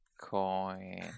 coin